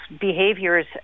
behaviors